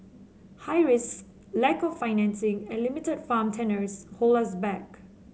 high risks lack of financing and limited farm tenures hold us back